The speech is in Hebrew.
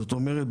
זאת אומרת,